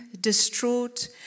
distraught